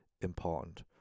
important